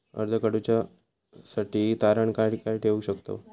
कर्ज काढूसाठी तारण काय काय ठेवू शकतव?